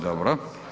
Dobro.